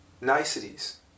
niceties